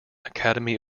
academy